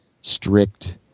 strict